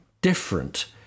different